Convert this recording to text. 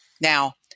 Now